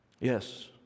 Yes